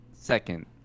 Second